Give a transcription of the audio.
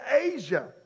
Asia